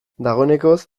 dagoenekoz